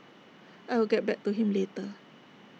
I will get back to him later